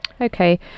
Okay